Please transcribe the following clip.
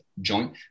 joint